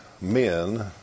men